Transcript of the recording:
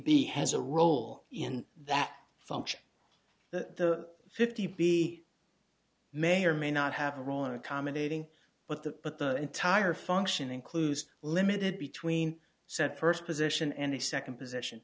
b has a role in that function fifty b may or may not have a role in accommodating but the but the entire function includes limited between set first position and the second position